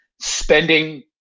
spending